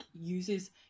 uses